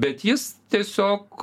bet jis tiesiog